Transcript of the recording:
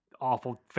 awful